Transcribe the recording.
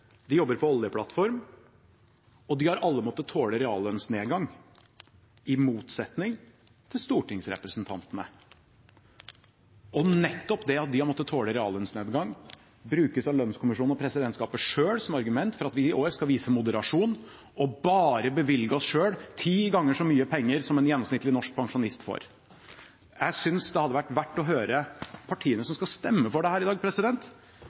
de jobber på oljeplattform, og de har alle måttet tåle reallønnsnedgang – i motsetning til stortingsrepresentantene. Og nettopp det at de har måttet tåle reallønnsnedgang, brukes av lønnskommisjonen og presidentskapet selv som argument for at vi i år skal vise moderasjon og bare bevilge oss selv ti ganger så mye penger som en gjennomsnittlig norsk pensjonist får. Jeg synes det hadde vært verd å høre refleksjonene fra partiene som skal stemme for dette i dag,